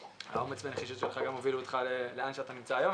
האומץ והנחישות שלך גם הובילו אותך לאן שאתה נמצא היום.